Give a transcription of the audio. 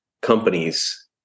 companies